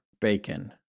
Bacon